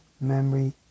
memory